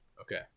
Okay